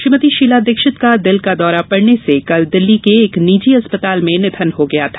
श्रीमती शीला दीक्षित का दिल का दौरा पड़ने से कल दिल्ली के एक निजी अस्पताल में निधन हो गया था